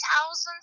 thousands